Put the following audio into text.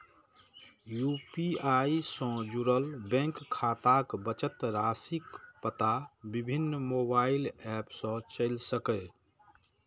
UPI सं जुड़ल bank खाताक बचत राशिक पता विभिन्न मोबाइल एप सं चलि सकैए